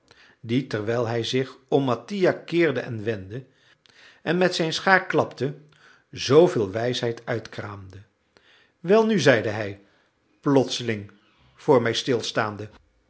die terwijl hij zich om mattia keerde en wendde en met zijn schaar klapte zooveel wijsheid uitkraamde welnu zeide hij plotseling voor mij stilstaande